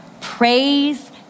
praise